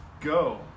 go